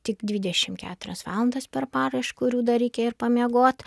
tik dvidešimt keturios valandos per parą iš kurių dar reikia ir pamiegot